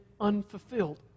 unfulfilled